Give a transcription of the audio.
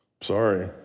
Sorry